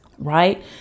Right